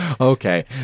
Okay